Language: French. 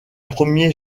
premier